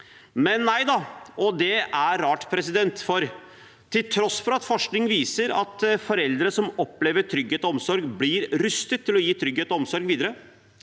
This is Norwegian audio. men nei da. Og det er rart, for til tross for at forskning viser at foreldre som opplever trygghet og omsorg, blir rustet til å gi trygghet og omsorg videre,